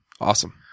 Awesome